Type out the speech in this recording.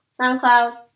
SoundCloud